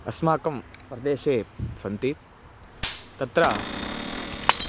अस्माकं प्रदेशे सन्ति तत्र